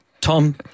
Tom